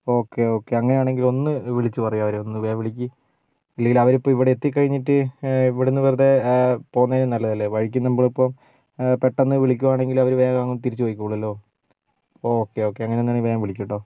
okay okay അങ്ങനാണെങ്കിൽ ഒന്ന് വിളിച്ച് പറയോ അവരെയൊന്ന് വേഗം വിളിക്ക് ഇല്ലേൽ അവരിപ്പോൾ ഇവിടെ എത്തികഴിഞ്ഞിട്ട് ഇവിടുന്ന് വെറുതേ പോന്നയ്നും നല്ലതല്ലേ വഴിക്കിന്ന് നമ്മളിപ്പം പെട്ടന്ന് വിളിക്കുവാണെങ്കിൽ അവർ വേഗം അങ്ങ് തിരിച്ച് പൊയ്ക്കോളുല്ലോ ഓക്കെ ഓക്കെ അങ്ങനെയാണെങ്കിൽ വേഗം വിളിക്കേട്ടോ